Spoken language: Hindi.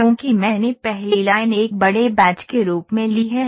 क्योंकि मैंने पहली लाइन एक बड़े बैच के रूप में ली है